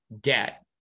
debt